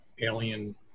alien